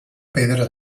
pedra